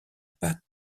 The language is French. pas